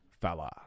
fella